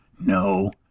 No